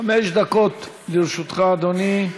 חמש דקות לרשותך, אדוני.